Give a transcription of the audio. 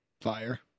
Fire